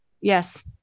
Yes